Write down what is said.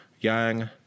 Yang